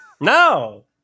No